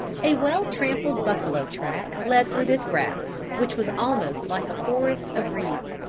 a well trampled buffalo track led through this grass, which was almost like a forest of reeds.